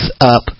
up